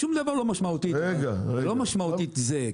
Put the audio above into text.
שום דבר לא משמעותית זה,